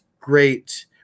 great